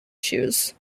shoes